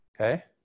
Okay